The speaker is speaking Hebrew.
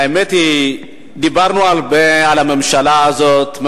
האמת היא שדיברנו הרבה על הממשלה הזאת,